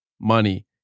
money